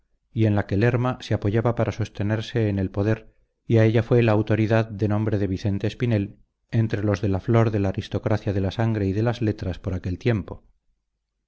y en la que lerma se apoyaba para sostenerse en el poder y a ella fue la autoridad de nombre de vicente espinel entre los de la flor de la aristocracia de la sangre y de las letras por aquel tiempo